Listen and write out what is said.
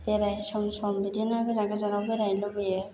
बेराय सम सम बिदिनो गोजान गोजानाव बेरायनो लुबैयो